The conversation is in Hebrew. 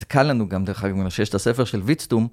קל לנו גם דרך אגב שיש את הספר של ויצטום.